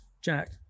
Jack